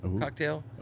cocktail